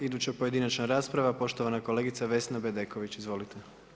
Iduća pojedinačna rasprava, poštovana kolegica Vesna Bedeković, izvolite.